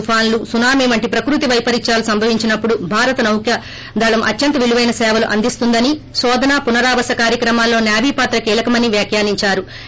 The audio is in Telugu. తుఫానులు సునామీ వంటి ప్రకృతి వైపరిత్యాలు సంభవించినప్పుడు భారత నావికా దళం అత్యంత విలువైన సేవలు అందిస్తోందని కోధన పునరావాస కార్యక్రమాల్లో సేవీ పాత్ర కీలకమని వ్యాఖ్యానించారు